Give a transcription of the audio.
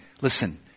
listen